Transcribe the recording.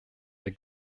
der